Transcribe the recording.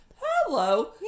Hello